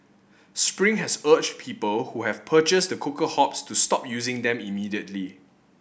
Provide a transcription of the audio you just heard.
spring has urged people who have purchased the cooker hobs to stop using them immediately